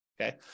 okay